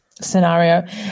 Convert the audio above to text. scenario